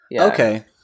Okay